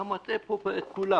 אתה מטעה פה את כולם.